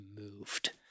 moved